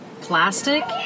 plastic